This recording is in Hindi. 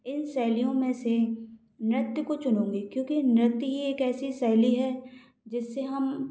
इन शैलियों में से नृत्य को चुनूँगी क्योंकि नृत्य ही एक ऐसी शैली है जिससे हम